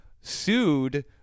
sued